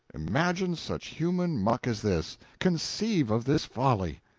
imagine such human muck as this conceive of this folly!